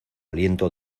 aliento